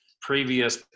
previous